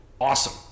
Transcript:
awesome